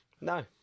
No